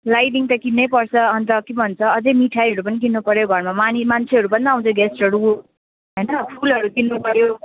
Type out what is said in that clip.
lighting त किन्न पर्छ अन्त के भन्छ अझ मिठाईहरू पनि किन्न पऱ्यो घरमा मान्छेहरू पनि त आउँछ गेस्टहरू होइन फुलहरू किन्नु पऱ्यो